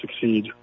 succeed